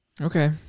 Okay